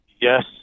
Yes